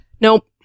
nope